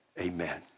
amen